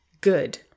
good